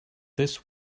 this